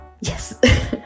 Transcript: Yes